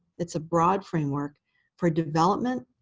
it's a broad framework for development,